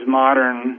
modern